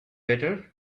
better